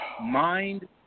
Mind